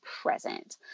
present